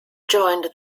joined